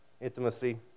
intimacy